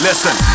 Listen